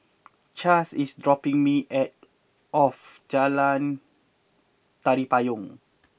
Chaz is dropping me at off Jalan Tari Payong